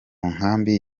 nkambi